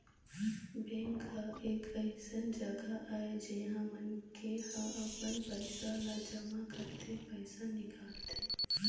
bank ह एक अइसन जघा आय जिहाँ मनखे ह अपन पइसा ल जमा करथे, पइसा निकालथे